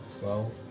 Twelve